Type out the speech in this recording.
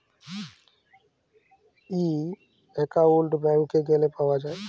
ই account ব্যাংকে গ্যালে পাউয়া যায়